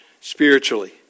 spiritually